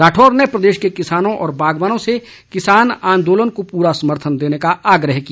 राठौर ने प्रदेश क किसानों व बागवानो से किसान आंदोलन को पूरा समर्थन देने का आग्रह किया